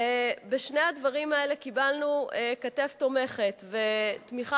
בשני הדברים האלה קיבלנו כתף תומכת ותמיכה